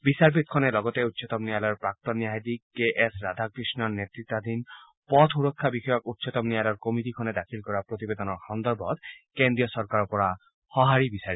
বিচাৰপীঠখনে লগতে উচ্চতম ন্যায়ালয়ৰ প্ৰাক্তন ন্যায়াধীশ কে এছ ৰাধাকৃষ্ণণ নেতৃতাধীন পথ সুৰক্ষা বিষয়ক উচ্চতম ন্যায়ালয়ৰ কমিটীখনে দাখিল কৰা প্ৰতিবেদনৰ সন্দৰ্ভত কেন্দ্ৰীয় চৰকাৰৰ পৰা সঁহাৰি বিছাৰে